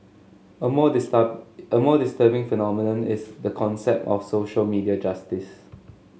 a more a more disturbing phenomenon is the concept of social media justice